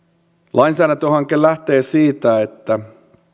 lainsäädäntöhanke lähtee siitä että